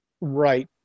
right